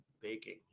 baking